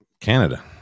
canada